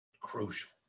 crucial